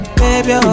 baby